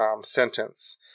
sentence